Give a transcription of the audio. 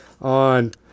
on